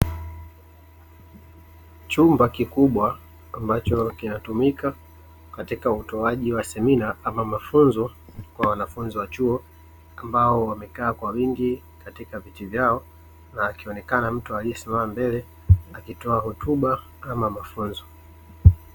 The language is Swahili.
Chumba kikubwa ambacho kinatumika katika utoaji wa semina ama mafunzo kwa wanafunzi wa chuo amabao wamekaa kwa wingi katika viti vyao na akionekana mtu aliyesimama mbele akitoa hotuba ama mafunzo.